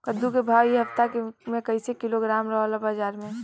कद्दू के भाव इ हफ्ता मे कइसे किलोग्राम रहल ह बाज़ार मे?